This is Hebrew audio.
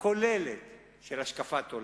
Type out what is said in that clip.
כוללת של השקפת עולם.